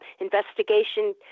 investigation